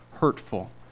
hurtful